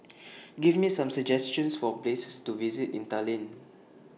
Give Me Some suggestions For Places to visit in Tallinn